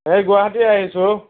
এই গুৱাহাটী আহিছোঁ